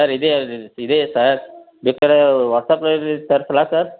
sir ಇದೆ ಇದೆ sir ಬೇಕಾರೆ ವಾಟ್ಸ್ಆ್ಯಪ್ ಅಲ್ಲಿ ಕಳುಸ್ಲ ಸರ್